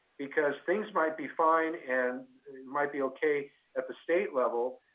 because things might be fine and it might be okay at the state level.